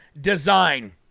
Design